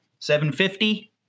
750